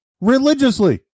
Religiously